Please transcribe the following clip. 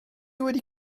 wedi